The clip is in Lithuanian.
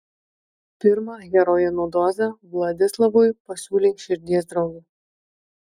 pirmą heroino dozę vladislavui pasiūlė širdies draugė